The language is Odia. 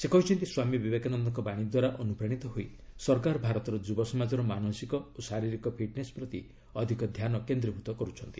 ସେ କହିଛନ୍ତି ସ୍ୱାମୀ ବିବେକାନନ୍ଦଙ୍କ ବାଣୀ ଦ୍ୱାରା ଅନୁପ୍ରାଣୀତ ହୋଇ ସରକାର ଭାରତର ଯୁବ ସମାଜର ମାନସିକ ଓ ଶାରିରୀକ ଫିଟ୍ନେସ୍ ପ୍ରତି ଅଧିକ ଧ୍ୟାନ କେନ୍ଦୀଭୂତ କରୁଛନ୍ତି